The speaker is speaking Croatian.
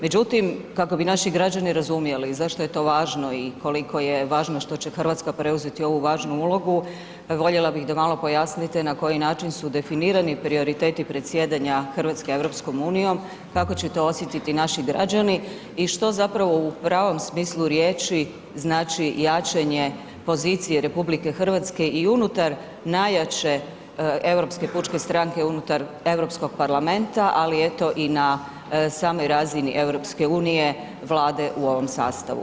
Međutim kako ni naši građani razumjeli zašto je to važno i koliko je važno što će Hrvatska preuzeti ovu važnu ulogu, voljela bi da malo pojasnite na koji način su definirani prioriteti predsjedanja Hrvatske EU-om, kako će to osjetiti naši građani i što zapravo u pravom smislu riječi znači jačanje pozicije RH i unutar najjače Europske pučke stranke, unutar Europskog parlamenta ali eto i na samoj razini EU-a, Vlade u ovom sastavu.